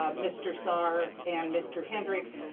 ah mr. saar and mr. hendrix,